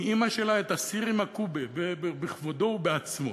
מאימא שלה, את הסיר עם הקובה, בכבודו ובעצמו,